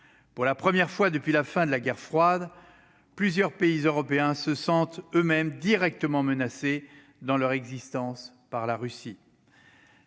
pour la première fois depuis la fin de la guerre froide, plusieurs pays européens se sentent eux-mêmes directement menacés dans leur existence par la Russie.